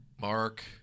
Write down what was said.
Mark